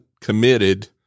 committed